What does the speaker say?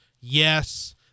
yes